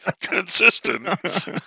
Consistent